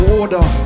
order